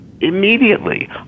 Immediately